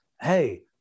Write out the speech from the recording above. hey